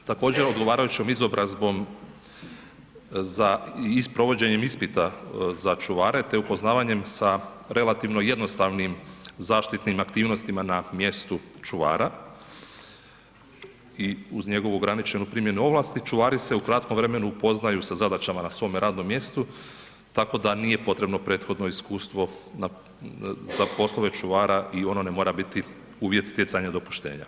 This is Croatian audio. Također odgovarajućom izobrazbom za i s provođenjem ispita za čuvare te upoznavanje sa relativno jednostavnim zaštitnim aktivnostima na mjestu čuvara i uz njegovu ograničenu primjenu ovlasti, čuvari se u kratkom vremenu upoznaju sa zadaćama na svome radnom mjestu tako da nije potrebno prethodno iskustvo za poslove čuvara i ono ne mora biti uvjet stjecanja dopuštenja.